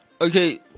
Okay